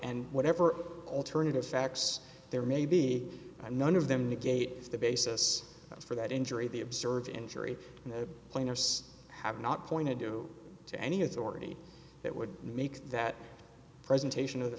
and whatever alternative facts there may be none of them negates the basis for that injury the observed injury plainer says have not pointed you to any authority that would make that presentation of the